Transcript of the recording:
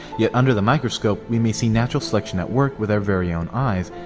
yet under the microscope we may see natural selection at work with our very own eyes,